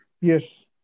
Yes